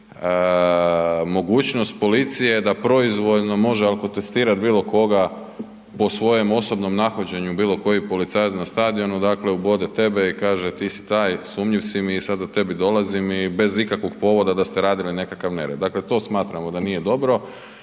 mogućnost policije da proizvoljno može alkotestirat bilo koga po svojem osobnom nahođenju, bilo koji policajac na stadionu, dakle ubode tebe i kaže ti si taj, sumnjiv si mi i sad da tebi dolazim i bez ikakvog povoda, da ste radili nekakav nered. Dakle, to smatramo da nije dobro